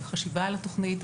בחשיבה על התוכנית.